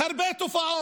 שהרבה תופעות,